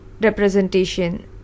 representation